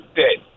dead